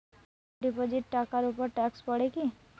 Deposit টাকার উপর tax পড়ে কি?